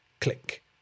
Click